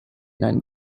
nine